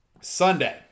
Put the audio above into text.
Sunday